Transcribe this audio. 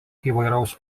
įvairaus